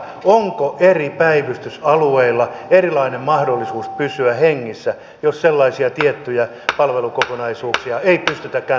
onko eri päivystysalueilla erilainen mahdollisuus pysyä hengissä jos sellaisia tiettyjä palvelukokonaisuuksia ei pystytäkään turvaamaan joka puolella suomea